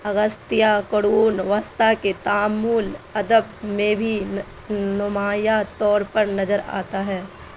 اگستیہ کرون وسطی کے تعامل ادب میں بھی نمایاں طور پر نظر آتا ہے